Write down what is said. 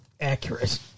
accurate